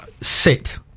sit